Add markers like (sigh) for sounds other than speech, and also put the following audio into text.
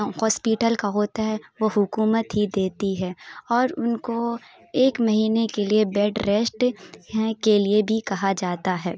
hospital کا ہوتا ہے وہ حکومت ہی دیتی ہے اور ان کو ایک مہینے کے لیے بیڈ ریسٹ (unintelligible) کے لیے بھی کہا جاتا ہے